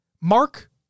Mark